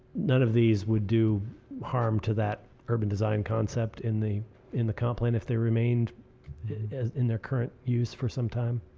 none of these would do harm to that urban design concept in the in the comp plan if they remained in two their current use for some time.